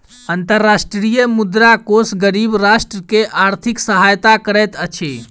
अंतर्राष्ट्रीय मुद्रा कोष गरीब राष्ट्र के आर्थिक सहायता करैत अछि